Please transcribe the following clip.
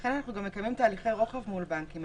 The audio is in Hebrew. ולכן אנחנו גם מקיימים תהליכי רוחב מול בנקים,